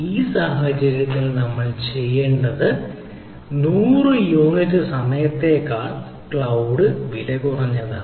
ഈ സാഹചര്യത്തിൽ നമ്മൾ ചെയ്യേണ്ടത് 100 യൂണിറ്റ് സമയത്തേക്കാൾ ക്ലൌഡ് വിലകുറഞ്ഞതാണ്